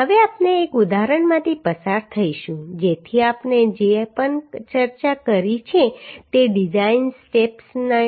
હવે આપણે એક ઉદાહરણમાંથી પસાર થઈશું જેથી આપણે જે પણ ચર્ચા કરી છે તે ડિઝાઇન સ્ટેપ્સને